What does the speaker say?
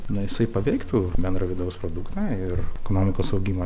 na jisai paveiktų bendrą vidaus produktą ir ekonomikos augimo